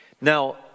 Now